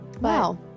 wow